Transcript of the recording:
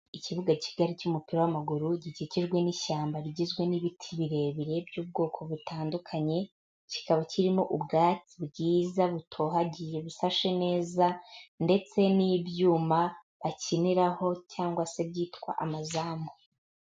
Ikibuga kigali cy'umupira w'amaguru, gikikijwe n'ishyamba bigizwe n'ibiti birebire by'ubwoko butandukanye, kikaba kirimo ubwatsi bwiza butohagiye busashe neza ndetse n'ibyuma bakiniraho cyangwa se byitwa amazamu.